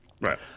Right